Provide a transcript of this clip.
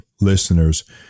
listeners